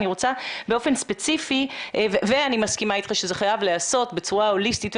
אני מסכימה אתך שזה חייב להיעשות בצורה הוליסטית,